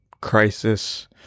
crisis